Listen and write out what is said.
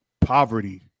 poverty